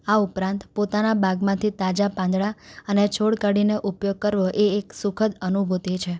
આ ઉપરાંત પોતાના બાગમાંથી તાજા પાંદડા અને છોડ કાઢીને ઉપયોગ કરવો એ એક સુખદ અનુભૂતિ છે